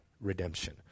redemption